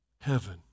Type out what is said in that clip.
heaven